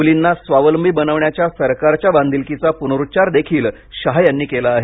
मुलींना स्वावलंबी बनवण्याच्या सरकारच्या बांधिलकीचा पुनरुच्चार देखील शहा यांनी केला आहे